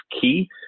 key